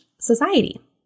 society